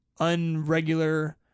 unregular